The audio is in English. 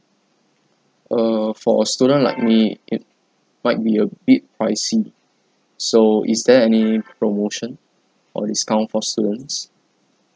err for a student like me it might be a bit pricey so is there any promotion or discount for students